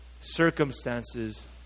circumstances